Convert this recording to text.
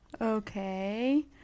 Okay